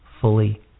fully